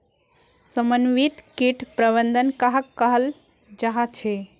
समन्वित किट प्रबंधन कहाक कहाल जाहा झे?